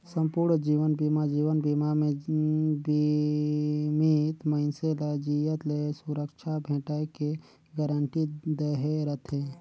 संपूर्न जीवन बीमा जीवन बीमा मे बीमित मइनसे ल जियत ले सुरक्छा भेंटाय के गारंटी दहे रथे